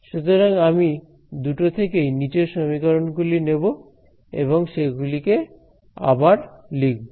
সুতরাং আমি দুটো থেকেই নিচের সমীকরণ গুলি নেব এবং সেগুলিকে আবার লিখব